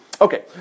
Okay